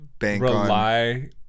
rely